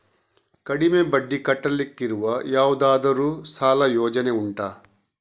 ಕಡಿಮೆ ಬಡ್ಡಿ ಕಟ್ಟಲಿಕ್ಕಿರುವ ಯಾವುದಾದರೂ ಸಾಲ ಯೋಜನೆ ಉಂಟಾ